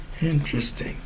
interesting